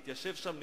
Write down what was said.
נתיישב שם,